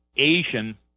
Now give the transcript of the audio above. Asian